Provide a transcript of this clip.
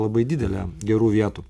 labai didelė gerų vietų